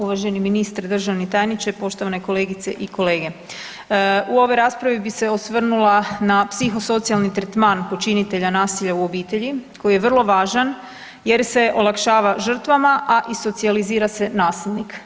Uvaženi ministre, državni tajniče, poštovane kolegice i kolege, u ovoj raspravi bi se osvrnula na psihosocijalni tretman počinitelja nasilja u obitelji koji je vrlo važan jer se olakšava žrtvama, a i socijalizira se nasilnik.